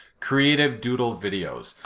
creative doodle videos.